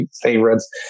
favorites